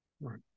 right